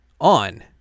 on